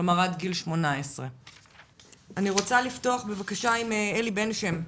כלומר עד גיל 18. אני רוצה לפתוח עם אלי בן-שם,